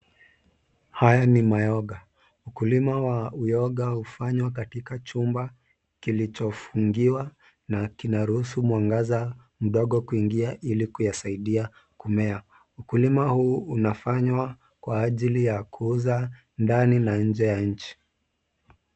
Haya ni mayoga, ukulima wa uyoga hufanywa katika chumba kilichofungiwa na kinaruhusu mwangaza mdogo kuingia ili kuyasaidia kumea. Ukulima huu unafanywa kwa ajili ya kuuza ndani na nje ya nchi.